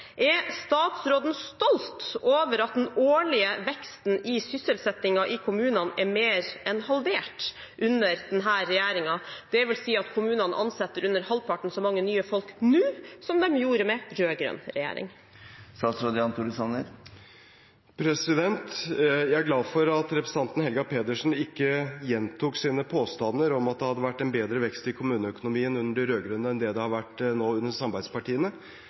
Er statsråden stolt over at den årlige veksten i sysselsettingen i kommunene er mer enn halvert under denne regjeringen, dvs. at kommunene ansetter under halvparten så mye folk nå som de gjorde med rød-grønn regjering? Jeg er glad for at representanten Helga Pedersen ikke gjentok sine påstander om at det var en bedre vekst i kommuneøkonomien under de rød-grønne enn det har vært nå under samarbeidspartiene,